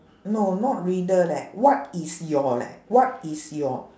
no not riddle leh what is your leh what is your